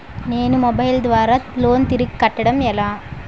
నేను మొబైల్ ద్వారా లోన్ తిరిగి కట్టడం ఎలా?